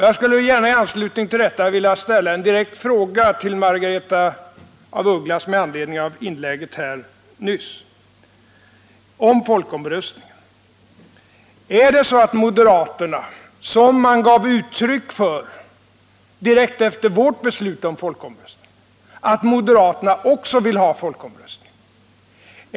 Jag skulle i anslutning till detta gärna vilja ställa en direkt fråga om folkomröstningen till Margaretha af Ugglas med anledning av hennes inlägg nyss. Är det så att moderaterna, som man gav uttryck för direkt efter vårt beslut om folkomröstning, också vill ha folkomröstning?